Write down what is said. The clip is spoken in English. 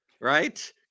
right